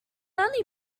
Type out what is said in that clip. only